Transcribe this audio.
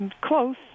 close